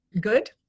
good